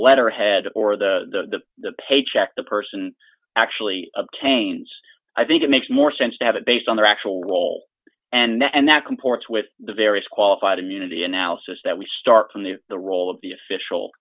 letterhead or the paycheck the person actually obtains i think it makes more sense to have it based on their actual will and that comports with the various qualified immunity analysis that we start from the the role of the official